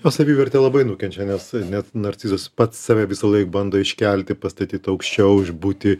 o savivertė labai nukenčia nes net narcizas pats save visąlaik bando iškelti pastatyt aukščiau už būti